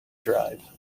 drive